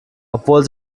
obwohl